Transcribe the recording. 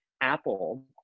Apple